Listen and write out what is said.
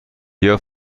بیا